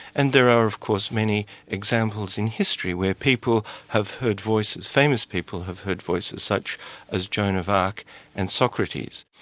and there are, of course, many examples in history where people have heard voices, famous people have heard voices such as joan of arc and socrates.